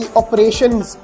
operations